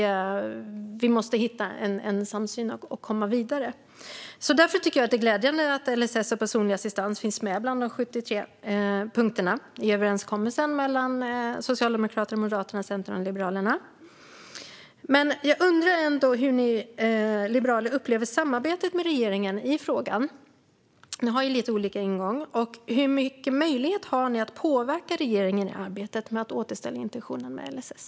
Vi måste hitta en samsyn och komma vidare. Därför är det glädjande att LSS och personlig assistans finns med bland de 73 punkterna i överenskommelsen mellan Socialdemokraterna, Miljöpartiet, Centern och Liberalerna. Jag undrar ändå hur ni liberaler upplever samarbetet med regeringen i frågan. Ni har lite olika ingång. Hur stor möjlighet har ni att påverka regeringen i arbetet med att återställa intentionen med LSS?